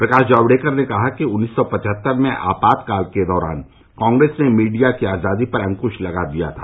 प्रकाश जावडेकर ने कहा कि उन्नीस सौ पचहत्तर में आपातकाल के दौरान कांग्रेस ने मीडिया की आजादी पर अंकृश लगा दिया था